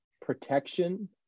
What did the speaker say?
protection